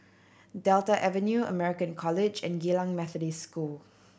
Delta Avenue American College and Geylang Methodist School